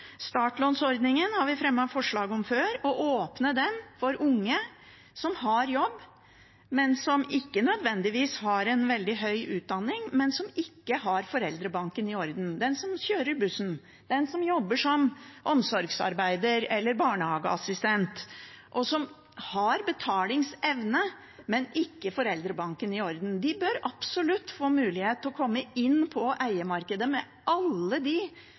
Startlånordningen har vi før fremmet forslag om å åpne for unge som har jobb, som ikke nødvendigvis har en veldig høy utdanning, og som ikke har foreldrebanken i orden – den som kjører bussen, den som jobber som omsorgsarbeider eller barnehageassistent, og som har betalingsevne, men ikke foreldrebanken i orden. De bør absolutt få mulighet til å komme inn på eiemarkedet med alle